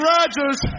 Rogers